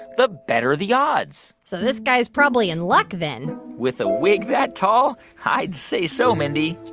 the better the odds so this guy's probably in luck, then with a wig that tall, i'd say so, mindy